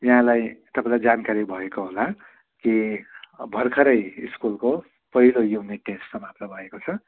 यहाँलाई तपाईँलाई जानकारी भएको होला कि भर्खरै स्कुलको पहिलो युनिट टेस्ट समाप्त भएको छ